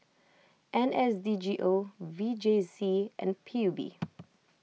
N S D G O V J C and P U B